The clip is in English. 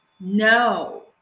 no